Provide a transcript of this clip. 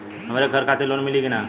हमरे घर खातिर लोन मिली की ना?